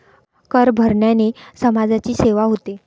कर भरण्याने समाजाची सेवा होते